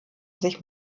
sich